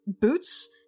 boots